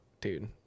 Dude